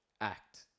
act